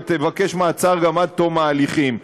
וגם תבקש מעצר עד תום ההליכים.